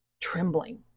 Trembling